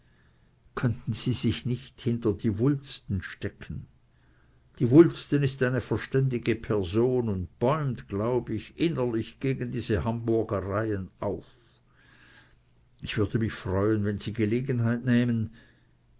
könnten sie sich nicht hinter die wulsten stecken die wulsten ist eine verständige person und bäumt glaub ich innerlich gegen diese hamburgereien auf ich würde mich freuen wenn sie gelegenheit nähmen